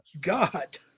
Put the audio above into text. God